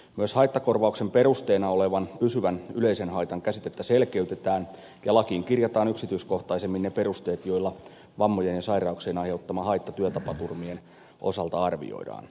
myös haittakorvauksen perusteena olevan pysyvän yleisen haitan käsitettä selkeytetään ja lakiin kirjataan yksityiskohtaisemmin ne perusteet joilla vammojen ja sairauksien aiheuttama haitta työtapaturmien osalta arvioidaan